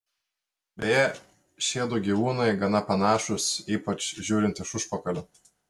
beje šiedu gyvūnai gana panašūs ypač žiūrint iš užpakalio